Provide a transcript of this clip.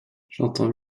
j’entends